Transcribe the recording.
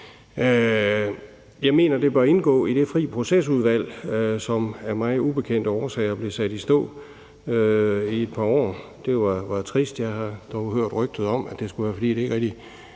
Jeg mener, det bør indgå i det fri proces-udvalg, som af mig ubekendte årsager blev sat i stå i et par år. Det var trist. Jeg har dog hørt rygtet om, at det skulle være, fordi de pågældende